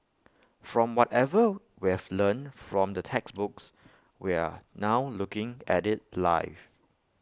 from whatever we've learnt from the textbooks we are now looking at IT live